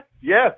yes